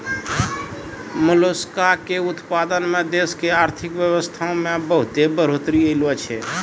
मोलसका के उतपादन सें देश के आरथिक बेवसथा में बहुत्ते बढ़ोतरी ऐलोॅ छै